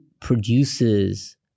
produces